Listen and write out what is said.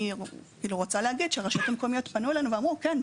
אני רוצה להגיד שהרשויות המקומיות פנו אלינו ואמרו: כן,